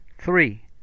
Three